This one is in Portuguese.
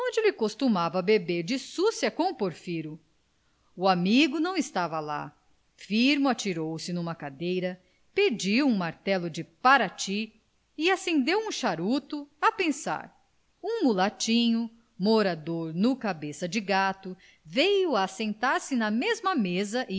ele costumava beber de súcia com o porfiro o amigo não estava lá firmo atirou-se numa cadeira pediu um martelo de parati e acendeu um charuto a pensar um mulatinho morador no cabeça de gato veio assentar-se na mesma mesa